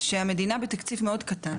שהמדינה בתקציב מאוד קטן,